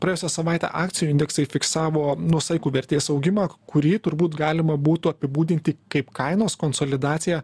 praėjusią savaitę akcijų indeksai fiksavo nuosaikų vertės augimą kurį turbūt galima būtų apibūdinti kaip kainos konsolidaciją